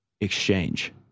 exchange